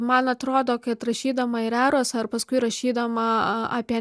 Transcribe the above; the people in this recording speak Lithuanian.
man atrodo kad rašydama ir erosą ir paskui rašydama apie